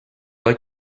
like